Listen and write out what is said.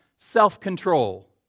Self-control